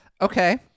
Okay